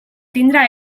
tindre